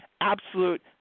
absolute